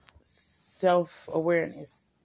self-awareness